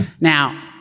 Now